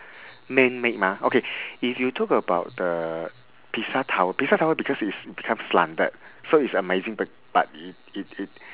man made mah okay if you talk about the pisa tower pisa tower because it's become slanted so it's amazing but but it it it